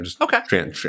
Okay